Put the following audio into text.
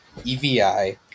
evi